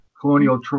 colonial